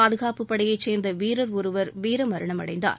பாதுகாப்பு படையை சேர்ந்த வீரர் ஒருவர் வீர மரணம் அடைந்தார்